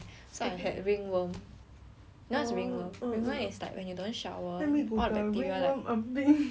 you know what is ring worm you know is like when you don't shower all the bacteria like